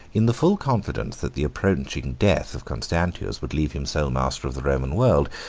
in the full confidence that the approaching death of constantius would leave him sole master of the roman world,